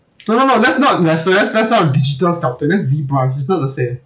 no no no that's not lester that's that's not digital sculpting that's ZBrush which is not the same